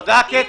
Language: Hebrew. תודה, קטי.